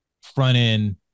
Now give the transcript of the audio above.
front-end